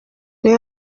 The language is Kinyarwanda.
niwe